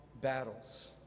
battles